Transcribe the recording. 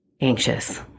anxious